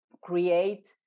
create